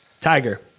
Tiger